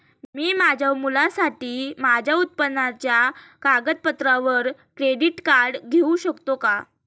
मी माझ्या मुलासाठी माझ्या उत्पन्नाच्या कागदपत्रांवर क्रेडिट कार्ड घेऊ शकतो का?